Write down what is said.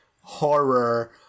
horror